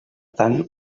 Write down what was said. tant